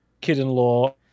kid-in-law